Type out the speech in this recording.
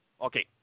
Okay